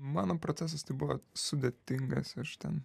mano procesas tai buvo sudėtingas aš ten